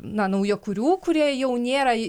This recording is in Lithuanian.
na naujakurių kurie jau nėra